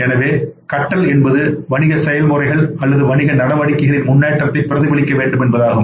எனவே கற்றல் என்பதுவணிகசெயல்முறைகள் அல்லது வணிக நடவடிக்கைகளின் முன்னேற்றத்தைபிரதிபலிக்கவேண்டும்என்பதாகும்